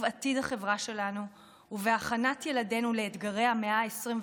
עתיד החברה שלנו ובהכנת ילדינו לאתגרי המאה ה-21.